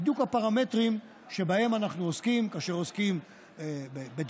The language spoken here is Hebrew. בדיוק הפרמטרים שבהם אנחנו עוסקים כאשר עוסקים בדבש,